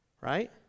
Right